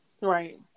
right